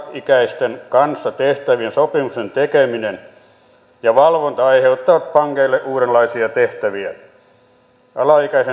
alaikäisten kanssa tehtävien sopimusten tekeminen ja valvonta aiheuttaa pankeille uudenlaisia tehtäviä